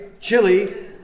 Chili